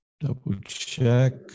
double-check